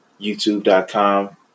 youtube.com